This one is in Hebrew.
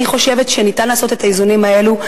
אני חושבת שניתן לעשות את האיזונים האלו.